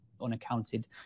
unaccounted